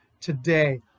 today